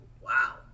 wow